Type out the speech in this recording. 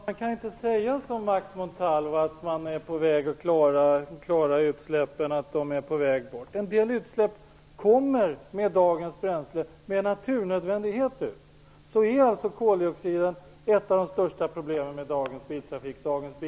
Herr talman! Man kan inte som Max Montalvo säga att man är på väg att klara utsläppen. En del utsläpp kommer med dagens bränsle med naturnödvändighet ut. Koldioxiden är ett av de största problemen med dagens biltrafik.